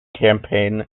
campaign